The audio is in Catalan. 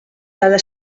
cada